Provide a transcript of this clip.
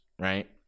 right